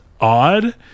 odd